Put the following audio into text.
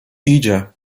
idzie